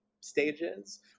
stages